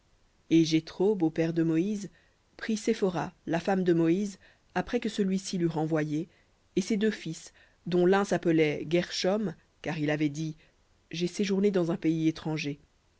et jéthro beau-père de moïse prit séphora la femme de moïse après que celui-ci l'eut renvoyée et ses deux fils dont l'un s'appelait guershom car il avait dit j'ai séjourné dans un pays étranger